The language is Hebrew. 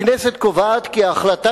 הכנסת קובעת כי ההחלטה,